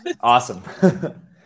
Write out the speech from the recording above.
Awesome